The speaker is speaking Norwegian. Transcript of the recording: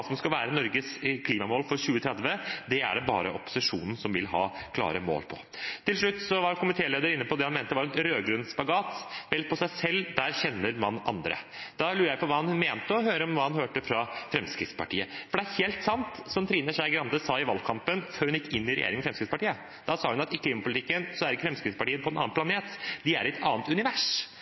som skal være Norges klimamål for 2030. Det er det bare opposisjonen som vil ha klare mål for. Til slutt: Komitélederen var inne på det han mente var en rød-grønn spagat. Vel, på seg selv kjenner man andre. Da lurer jeg på hva han mente, og hva han hørte fra Fremskrittspartiet. Det er helt sant, det som Trine Skei Grande sa i valgkampen, før hun gikk inn i regjering med Fremskrittspartiet. Da sa hun at i klimapolitikken er ikke Fremskrittspartiet på en annen planet – de er i et annet univers.